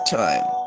time